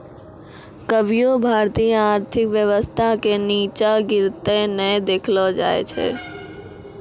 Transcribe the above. कभियो भारतीय आर्थिक व्यवस्था के नींचा गिरते नै देखलो जाय छै